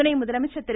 துணை முதலமைச்சர் திரு